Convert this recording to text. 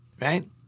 right